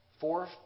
four